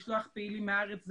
לשלוח פעילים מהארץ,